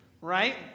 Right